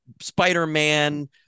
Spider-Man